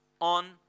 on